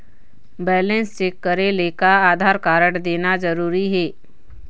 Balance check करेले का Aadhaar card देना जरूरी हे?